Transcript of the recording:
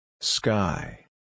Sky